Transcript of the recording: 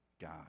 God